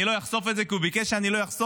אני לא אחשוף את זה כי הוא ביקש שאני לא אחשוף,